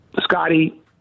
Scotty